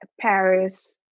Paris